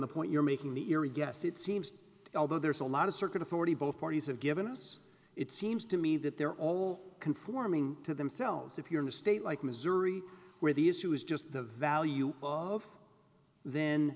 the point you're making the era guess it seems although there's a lot of circuit authority both parties have given us it seems to me that they're all conforming to themselves if you're in a state like missouri where the issue is just the value of then